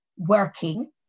working